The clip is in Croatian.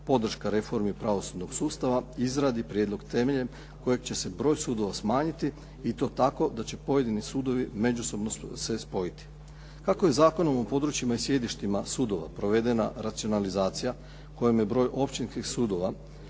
podrška reformi pravosudnog sustava izradi prijedlog temeljem kojeg će se broj sudova smanjiti i to tako da će pojedini sudovi međusobno se spojiti. Tako je Zakonom o područjima i sjedištima sudova provedena racionalizacija kojim je broj općinskih sudova